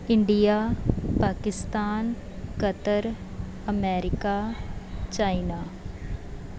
India Pakistan Qatar America China